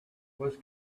was